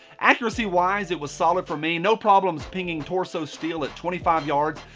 accuracy-wise it was solid for me. no problems pinging torso steel at twenty five yards.